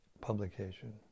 publication